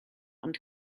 ond